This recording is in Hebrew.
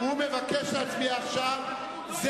זה